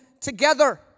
together